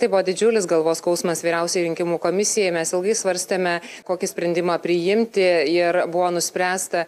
tai buvo didžiulis galvos skausmas vyriausiajai rinkimų komisijai mes ilgai svarstėme kokį sprendimą priimti ir buvo nuspręsta